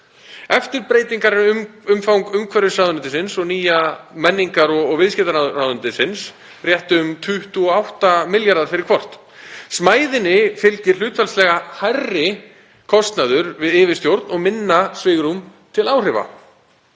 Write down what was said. Eftir breytingarnar er umfang umhverfisráðuneytisins og nýja menningar- og viðskiptaráðuneytisins rétt um 28 milljarðar fyrir hvort. Smæðinni fylgir hlutfallslega hærri kostnaður við yfirstjórn og minna svigrúm til áhrifa.